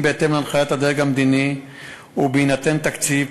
בהתאם להנחיית הדרג המדיני ובהינתן תקציב.